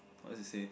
what does it say